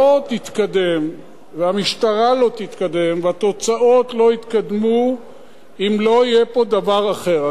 לא תתקדם והמשטרה לא תתקדם והתוצאות לא יתקדמו אם לא יהיה פה דבר אחר.